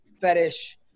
fetish